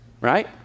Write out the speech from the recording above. right